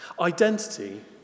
Identity